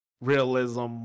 realism